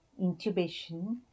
intubation